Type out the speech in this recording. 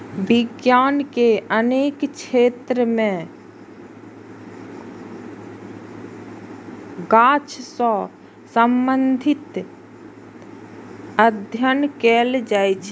विज्ञान के अनेक क्षेत्र मे गाछ सं संबंधित अध्ययन कैल जाइ छै